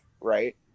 right